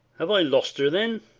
have i lost her then?